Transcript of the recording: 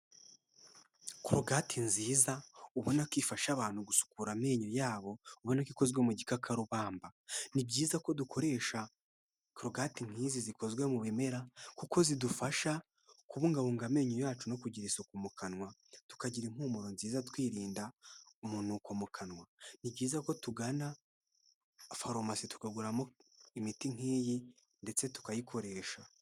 Korogati nziza ubona ko ifasha abantu gusukura amenyo yabo ,ubona ko ikozwe mu gikakarubamba ,ni byiza ko dukoresha korokati nk'izi zikozwe mu bimera kuko zidufasha kubungabunga amenyo yacu no kugira isuku mu kanwa ,tukagira impumuro nziza twirinda umunuko mu kanwa, ni byiza ko tugana farumasi tukaguramo imiti nk'iyi ndetse tukayikoresha.